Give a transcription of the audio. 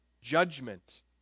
judgment